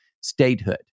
statehood